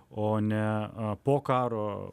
o ne po karo